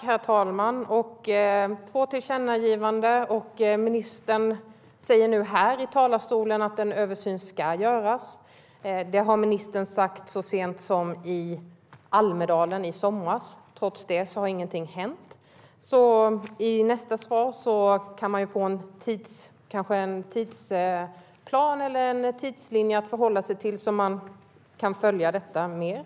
Herr talman! Två tillkännagivanden, och ministern säger nu här i talarstolen att en översyn ska göras. Det har ministern sagt så sent som i Almedalen i somras. Trots det har ingenting hänt. I nästa svar kanske vi kan få en tidsplan eller en tidslinje att förhålla oss till så att vi kan följa detta mer.